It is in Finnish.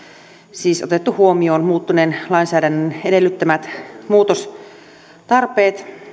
siis otettu huomioon muuttuneen lainsäädännön edellyttämät muutostarpeet